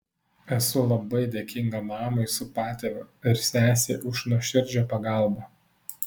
esu labai dėkinga mamai su patėviu ir sesei už nuoširdžią pagalbą